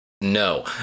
No